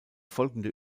folgende